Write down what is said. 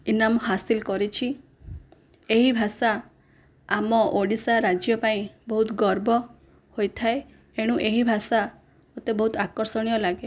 ଇନାମ ହାସିଲ୍ କରିଛି ଏହି ଭାଷା ଆମ ଓଡ଼ିଶା ରାଜ୍ୟ ପାଇଁ ବହୁତ ଗର୍ବ ହୋଇଥାଏ ଏଣୁ ଏହି ଭାଷା ମୋତେ ବହୁତ ଆକର୍ଷଣୀୟ ଲାଗେ